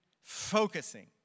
focusing